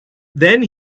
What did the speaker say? then